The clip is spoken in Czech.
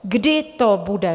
Kdy to bude?